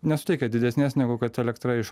nesuteikia didesnės negu kad elektra iš